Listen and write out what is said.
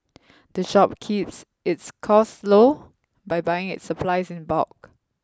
the shop keeps its costs low by buying its supplies in bulk